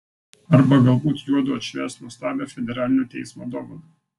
arba galbūt juodu atšvęs nuostabią federalinio teismo dovaną